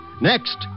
Next